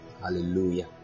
hallelujah